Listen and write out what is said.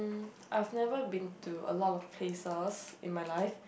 I have never been to a lot of places in my life